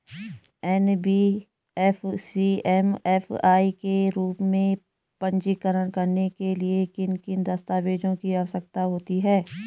NBFC MFI के रूप में पंजीकृत कराने के लिए किन किन दस्तावेज़ों की आवश्यकता होती है?